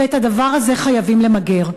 ואת הדבר הזה חייבים למגר.